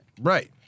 Right